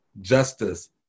justice